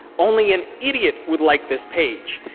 only an idiot would like this page.